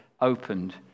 opened